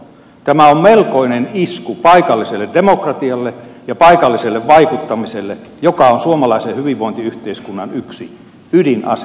tämä on melkoinen isku paikalliselle demokratialle ja paikalliselle vaikuttamiselle joka on yksi suomalaisen hyvinvointiyhteiskunnan ydinasia